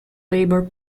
labor